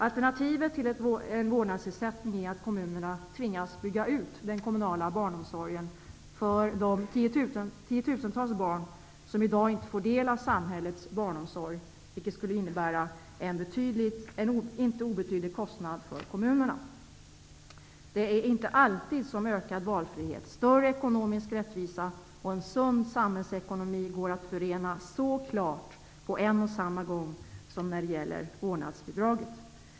Alternativet till en vårnadsersättning är att kommunerna tvingas bygga ut den kommunala barnomsorgen för de tiotusentals barn som i dag inte får del av samhällets barnomsorg, vilket skulle innebära en inte obetydlig kostnad för kommunerna. Det är inte alltid ökad valfrihet, större ekonomisk rättvisa och en sund samhällsekonomi går att förena så klart på en och samma gång som när det gäller vårdnadsbidraget.